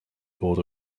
board